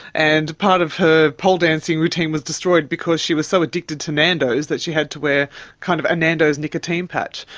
and part of her pole dancing routine was destroyed because she was so addicted to nandos that she had to wear kind of a nandos nicotine patch.